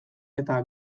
eta